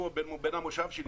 בן המושב שלי,